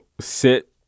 sit